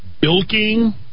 bilking